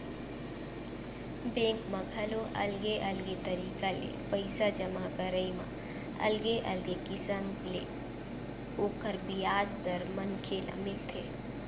bank म घलो अलगे अलगे तरिका ले पइसा जमा करई म अलगे अलगे किसम ले ओखर बियाज दर मनखे ल मिलथे